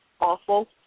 Awful